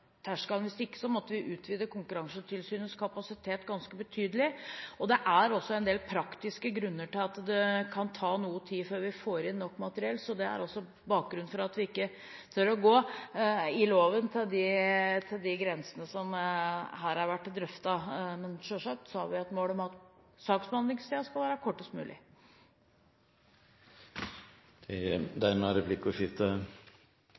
terskelen – hvis ikke måtte vi utvidet Konkurransetilsynets kapasitet ganske betydelig. Det er også en del praktiske grunner til at det kan ta noe tid før vi får inn nok materiell. Det er bakgrunnen for at vi i loven ikke tør å gå til de grensene som her har vært drøftet. Selvsagt har vi et mål om at saksbehandlingstiden skal være kortest mulig.